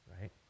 right